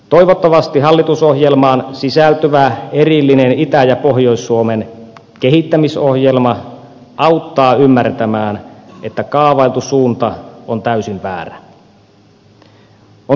toivottavasti hallitusohjelmaan sisältyvä erillinen itä ja pohjois suomen kehittämisohjelma auttaa ymmärtämään että kaavailtu suunta on täysin väärä